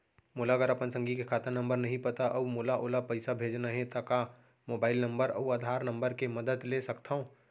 मोला अगर अपन संगी के खाता नंबर नहीं पता अऊ मोला ओला पइसा भेजना हे ता का मोबाईल नंबर अऊ आधार नंबर के मदद ले सकथव?